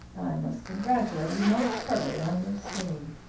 i must congratulate you most heartily on your scheme.